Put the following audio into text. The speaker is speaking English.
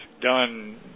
done